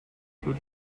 would